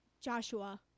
Joshua